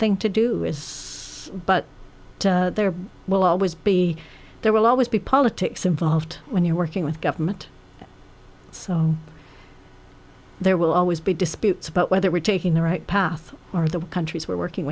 thing to do is but there will always be there will always be politics involved when you're working with government so there will always be disputes about whether we're taking the right path or the countries we're working